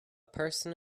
person